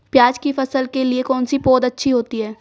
प्याज़ की फसल के लिए कौनसी पौद अच्छी होती है?